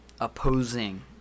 opposing